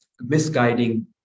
misguiding